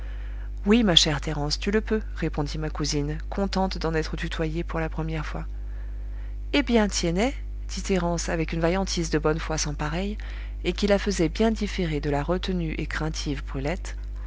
oui ma chère thérence tu le peux répondit ma cousine contente d'en être tutoyée pour la première fois eh bien tiennet dit thérence avec une vaillantise de bonne foi sans pareille et qui la faisait bien différer de la retenue et craintive brulette